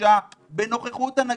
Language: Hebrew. חדשה בנוכחות הנגיף.